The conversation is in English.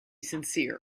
sincere